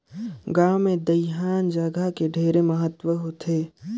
गांव मे दइहान जघा के ढेरे महत्ता होथे